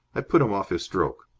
i put him off his stroke.